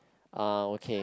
ah okay